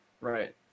Right